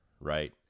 right